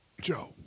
Joe